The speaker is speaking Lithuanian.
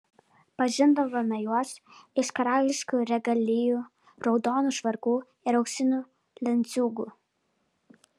pažindavome juos iš karališkų regalijų raudonų švarkų ir auksinių lenciūgų